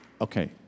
Okay